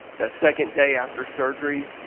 the second day after surgery